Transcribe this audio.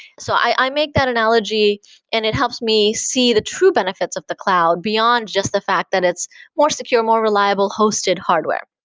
so i make that analogy and it helps me see the true benefits of the cloud beyond just the fact that it's more secure, more reliable hosted hardware.